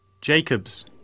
Jacobs